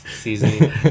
seasoning